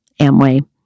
Amway